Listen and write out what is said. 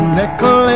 nickel